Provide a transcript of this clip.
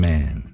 Man